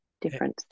difference